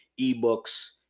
ebooks